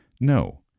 No